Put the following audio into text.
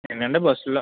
ఏంటండి బస్సులో